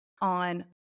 on